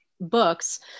books